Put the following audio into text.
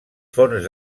fonts